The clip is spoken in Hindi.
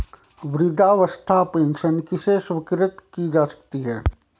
वृद्धावस्था पेंशन किसे स्वीकृत की जा सकती है?